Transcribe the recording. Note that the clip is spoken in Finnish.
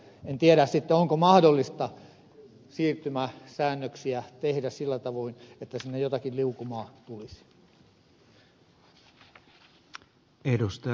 en tiedä sitten onko mahdollista tehdä siirtymäsäännöksiä sillä tavoin että sinne jotakin liukumaa tulisi